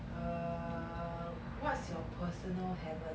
err what's your personal haven